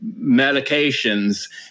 medications